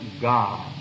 God